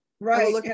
Right